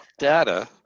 data